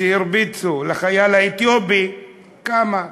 כשהרביצו לחייל האתיופי קמה מחאה,